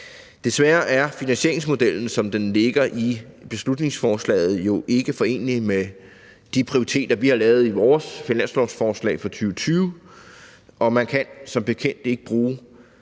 Desværre er finansieringsmodellen, som den ligger i beslutningsforslaget, jo ikke forenelig med de prioriteter, vi har lavet i vores finanslovsforslag for 2020, og man kan som bekendt ikke bruge